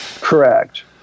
correct